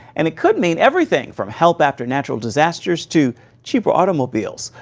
and it could mean everything from help after natural disasters to cheaper automobiles.